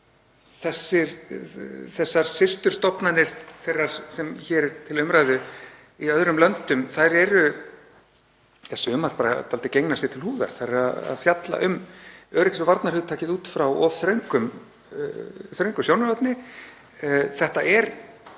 Þessar systurstofnanir þeirrar sem hér er til umræðu í öðrum löndum eru sumar bara dálítið gengnar sér til húðar, þær eru að fjalla um öryggis- og varnarhugtakið út frá of þröngu sjónarhorni. Þetta er